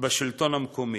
בשלטון המקומי,